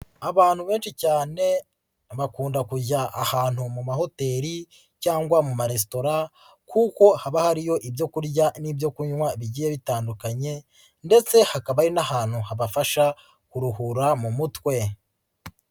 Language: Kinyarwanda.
Abantu benshi cyane bakunda kujya ahantu mu mahoteli cyangwa mu maresitora kuko haba hariyo ibyo kurya n'ibyo kunywa bigiye bitandukanye ndetse hakaba ari n'ahantu habafasha kuruhura mu mutwe.